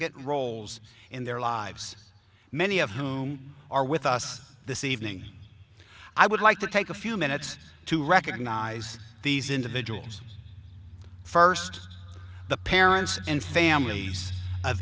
significant roles in their lives many of whom are with us this evening i would like to take a few minutes to recognize these individuals first the parents and families